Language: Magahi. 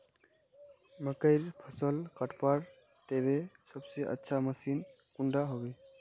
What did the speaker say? मकईर फसल कटवार केते सबसे अच्छा मशीन कुंडा होबे?